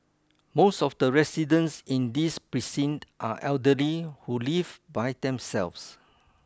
most of the residents in this precinct are elderly who live by themselves